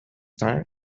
tire